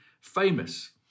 famous